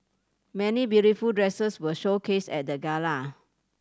many beautiful dresses were showcased at the gala